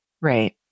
Right